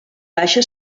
baixa